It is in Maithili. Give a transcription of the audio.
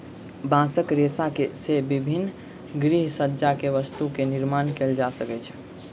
बांसक रेशा से विभिन्न गृहसज्जा के वस्तु के निर्माण कएल जा सकै छै